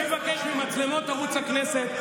אני מבקש ממצלמות ערוץ הכנסת,